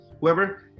whoever